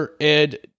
Ed